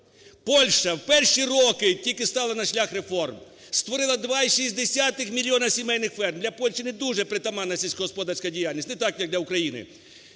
Польща в перші роки, як тільки стала на шлях реформ, створила 2,6 мільйони сімейних ферм. Для Польщі не дуже притаманна сільськогосподарська діяльність, не так, як для України.